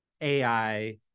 AI